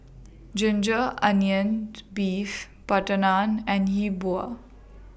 Ginger Onions Beef Butter Naan and Hi Bua